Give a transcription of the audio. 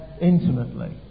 intimately